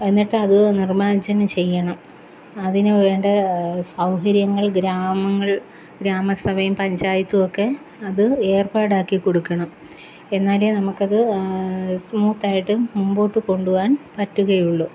എന്നിട്ടത് നിര്മാജനം ചെയ്യണം അതിനുവേണ്ട സൗകര്യങ്ങള് ഗ്രാമങ്ങള് ഗ്രാമസഭയും പഞ്ചായത്തുമൊക്കെ അത് ഏര്പ്പാട് ആക്കി കൊടുക്കണം എന്നാലെ നമുക്ക് അത് സ്മൂത്ത് ആയിട്ട് മുമ്പോട്ട് കൊണ്ടുപോവാന് പറ്റുകയുള്ളൂ